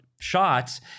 shots—